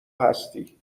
هستی